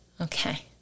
okay